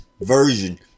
version